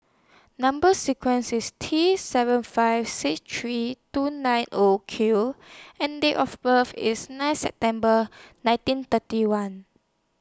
Number sequence IS T seven five six three two nine O Q and Date of birth IS nine September nineteen thirty one